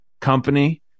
company